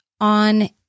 on